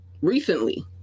recently